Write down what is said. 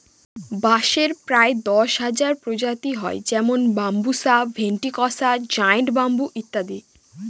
বাঁশের প্রায় দশ হাজার প্রজাতি হয় যেমন বাম্বুসা ভেন্ট্রিকসা জায়ন্ট ব্যাম্বু ইত্যাদি